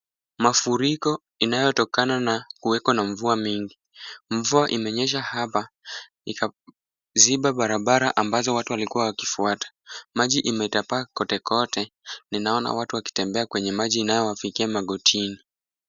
Mafuriko inayotokana na kuweko na mvua mingi. Mvua imenyesha hapa, ikaziba barabara ambazo watu walikuwa wakifuata. Maji imetapakaa kote kote. Ninaona watu wakitembea kwenye maji inayowafikia magotini.